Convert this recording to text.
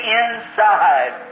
inside